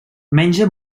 menja